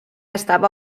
estava